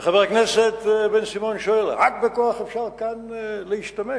וחבר הכנסת בן-סימון שואל: רק בכוח אפשר כאן להשתמש?